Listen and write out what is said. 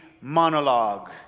monologue